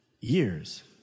years